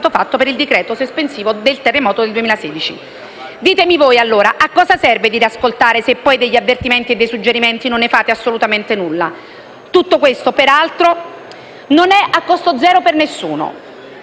fatto per il decreto sospensivo dopo il terremoto del 2016. Ditemi voi, allora, a cosa serve dire di ascoltare, se poi degli avvertimenti e dei suggerimenti ricevuti non se ne fa assolutamente nulla? Tutto questo peraltro non è a costo zero per nessuno: